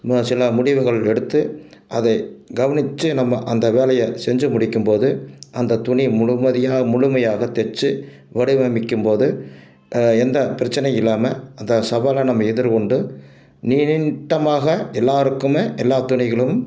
சில முடிவுகள் எடுத்து அதை கவனித்து நம்ம அந்த வேலையை செஞ்சு முடிக்கும் போது அந்த துணி முழுமாதிரியா முழுமையாக தச்சி வடிவமைக்கும் போது எந்த பிரச்சனையும் இல்லாமல் அந்த சவாலை நம்ம எதிர் கொண்டு நிமித்தமாக எல்லோருக்குமே எல்லா துணிகளும்